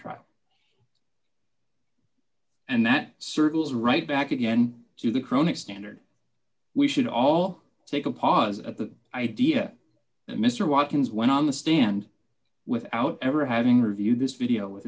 trial and that circles right back again to the chronic standard we should all take a pause at the idea that mr watkins went on the stand without ever having reviewed this video with